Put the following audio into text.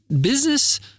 business